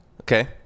okay